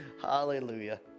Hallelujah